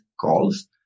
calls